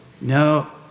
No